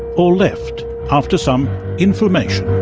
or left after some inflammation.